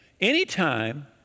Anytime